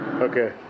Okay